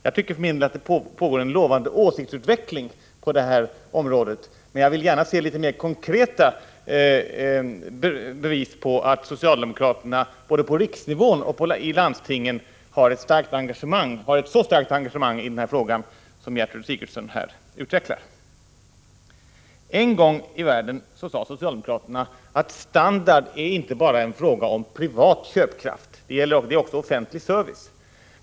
Ja, det verkar åtminstone som om det pågår en lovande åsiktsutveckling på det här området — inom socialdemokratin. Men jag vill gärna se litet mer konkreta bevis på att socialdemokraterna både på riksnivån och i landstingen har ett så starkt engagemang i den här frågan som Gertrud Sigurdsen här utvecklar. En gång i världen sade socialdemokraterna att standard är inte bara en fråga om privat köpkraft, det är också offentlig service.